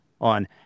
on